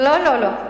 לא, לא.